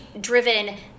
driven